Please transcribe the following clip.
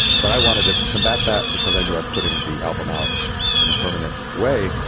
but i wanted to combat that because i knew i'm putting the album out in a permanent way.